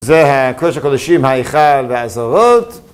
זה הקודש הקדושים ההיכל והזרות.